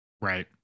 right